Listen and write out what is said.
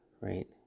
right